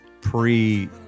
pre